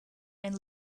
and